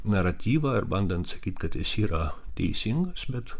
naratyvą ar bandant sakyt kad jis yra teisingas bet